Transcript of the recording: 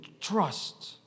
trust